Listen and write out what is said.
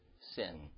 sin